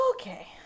Okay